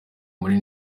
muri